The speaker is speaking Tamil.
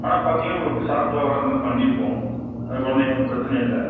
ஆனால் பார்த்திங்கன்னா உங்களுக்கு ஷாக்லாம் வராத மாதிரி தான் பண்ணியிருக்கோம் அது குழந்தைங்களுக்கு வந்து பிரச்சனை இல்லை